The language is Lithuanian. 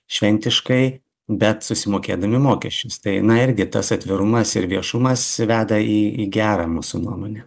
šventiškai bet susimokėdami mokesčius tai na irgi tas atvirumas ir viešumas veda į į gerą mūsų nuomone